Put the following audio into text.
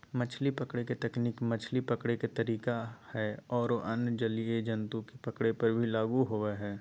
मछली पकड़े के तकनीक मछली पकड़े के तरीका हई आरो अन्य जलीय जंतु के पकड़े पर भी लागू होवअ हई